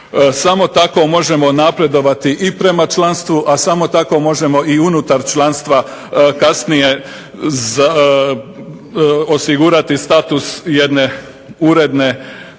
Samo tako možemo napredovati i prema članstvu, a samo tako možemo i unutar članstva kasnije osigurati status jedne uredne, jedne